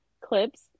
clips